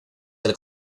del